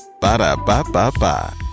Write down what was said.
Ba-da-ba-ba-ba